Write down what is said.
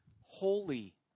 Holy